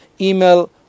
email